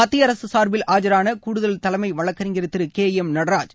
மத்திய அரசு சார்பில் ஆஜரான கூடுதல் தலைமை வழக்கறிஞர் திரு கே எம் நடராஜ்